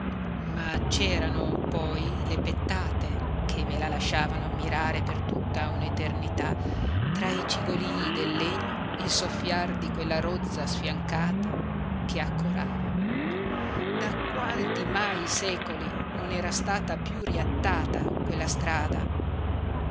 ma c'erano poi le pettate che me la lasciavano ammirare per tutta un'eternità tra i cigolii del legno e il soffiar di quella rozza sfiancata che accorava da quanti mai secoli non era stata piú riattata quella strada